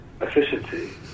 efficiency